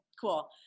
Cool